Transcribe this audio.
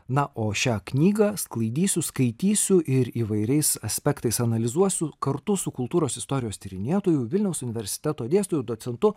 na o šią knygą sklaidys suskaitysiu ir įvairiais aspektais analizuosiu kartu su kultūros istorijos tyrinėtojų vilniaus universiteto dėstytoju docentu